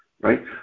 right